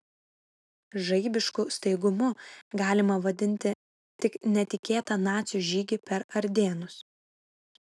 žaibišku staigumu galima vadinti tik netikėtą nacių žygį per ardėnus